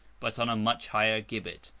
but on a much higher gibbet,